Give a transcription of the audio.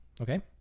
okay